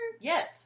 Yes